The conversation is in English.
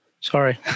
Sorry